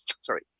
Sorry